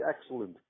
excellent